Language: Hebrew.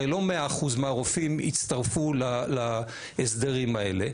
הרי לא 100% מהרופאים יצטרפו להסדרים האלה,